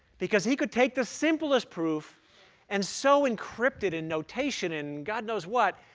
because he could take the simplest proof and so encrypt it in notation and god knows what,